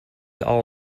all